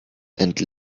and